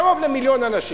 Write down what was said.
קרוב למיליון אנשים.